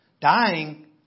Dying